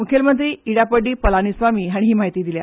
मुखेलमंत्री इडापड्डी पलानीस्वामी हांणी ही म्हायती दिल्या